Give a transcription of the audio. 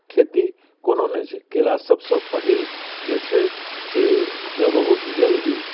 खेती कोनो नहि छै केरा सभसँ पहिल जे छै से जे बहुत जल्दी